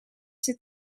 zit